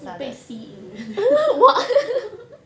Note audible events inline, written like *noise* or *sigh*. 你被吸引了 *laughs*